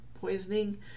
poisoning